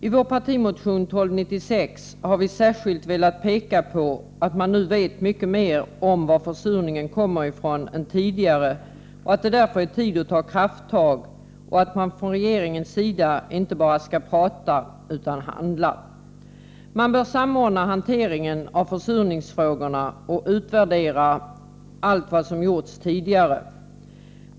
I vår partimotion 1296 har vi särskilt velat peka på att man nu vet mycket mer än tidigare om varifrån försurningen kommer, att det därför är tid att ta krafttag och att man från regeringens sida inte bara skall prata utan handla. Man bör samordna hanteringen av försurningsfrågorna och utvärdera allt som gjorts tidigare.